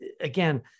again